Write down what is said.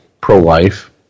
pro-life